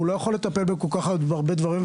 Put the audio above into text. הוא לא יכול לטפל בכל כך הרבה דברים,